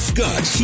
Scott